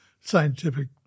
scientific